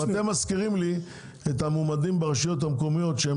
אתם מזכירים לי את המועמדים ברשויות המקומיות שהם